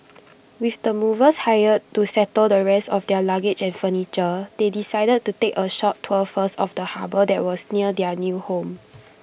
with the movers hired to settle the rest of their luggage and furniture they decided to take A short tour first of the harbour that was near their new home